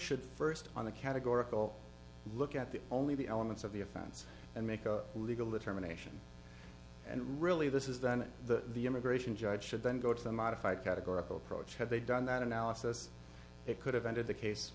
should first on the categorical look at the only the elements of the offense and make a legal determination and really this is then the immigration judge should then go to the modified categorical approach had they done that analysis it could have ended the case